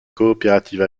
coopératives